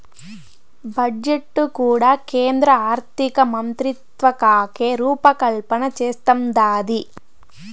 budget కూడా కేంద్ర ఆర్థికమంత్రిత్వకాకే రూపకల్పన చేస్తందాది